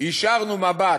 הישרנו מבט,